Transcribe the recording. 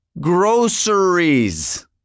groceries